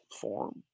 form